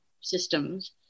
systems